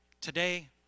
today